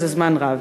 ידועה זה זמן רב.